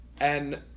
And-